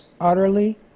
utterly